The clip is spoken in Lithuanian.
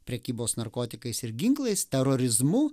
prekybos narkotikais ir ginklais terorizmu